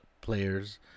players